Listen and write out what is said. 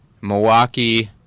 Milwaukee